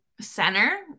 center